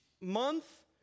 month